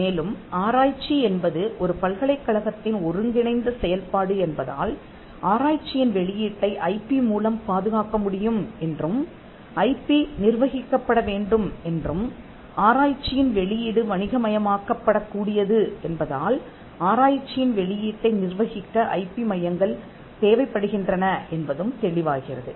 மேலும் ஆராய்ச்சி என்பது ஒரு பல்கலைக்கழகத்தின் ஒருங்கிணைந்த செயல்பாடு என்பதால் ஆராய்ச்சியின் வெளியீட்டை ஐபி மூலம் பாதுகாக்க முடியும் என்றும் ஐபி நிர்வகிக்கப் படவேண்டும் என்றும் ஆராய்ச்சியின் வெளியீடு வணிக மயமாக்கப்படக் கூடியது என்பதால் ஆராய்ச்சியின் வெளியீட்டை நிர்வகிக்க ஐபி மையங்கள் தேவைப்படுகின்றன என்பதும் தெளிவாகிறது